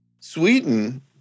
Sweden